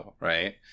Right